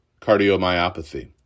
cardiomyopathy